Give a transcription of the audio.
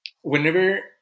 whenever